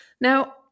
Now